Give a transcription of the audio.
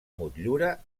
motllura